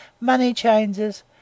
money-changers